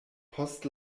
post